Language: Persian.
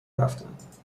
رفتند